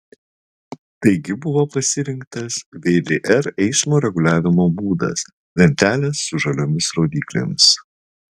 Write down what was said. taigi buvo pasirinktas vdr eismo reguliavimo būdas lentelės su žaliomis rodyklėmis